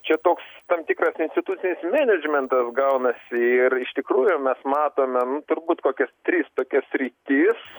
čia toks tam tikras institucinis menedžmentas gaunasi ir iš tikrųjų mes matome nu turbūt kokias tris tokias sritis